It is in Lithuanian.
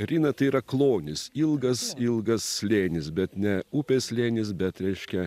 rina tai yra klonis ilgas ilgas slėnis bet ne upės slėnis bet reiškia